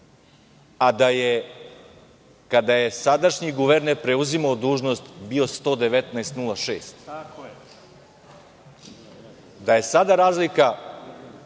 a da je, kada je sadašnji guverner preuzimao dužnost, bio 119,06, da je sada razlika,